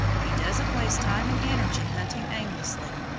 he doesn't waste time and energy hunting aimlessly.